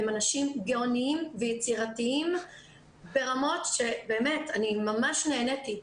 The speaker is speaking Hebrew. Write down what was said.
הם אנשים גאוניים ויצירתיים ברמות שבאמת ממש נהניתי,